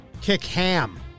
Kickham